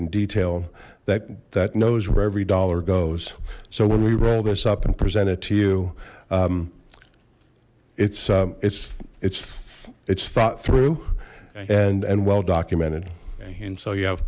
in detail that that knows where every dollar goes so when we roll this up and present it to you it's it's it's it's thought through and and well documented and so you have